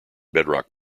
bedrock